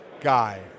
guy